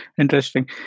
Interesting